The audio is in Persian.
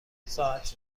ساعت